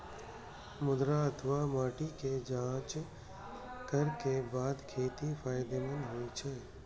मृदा अथवा माटिक जांच करैक बाद खेती फायदेमंद होइ छै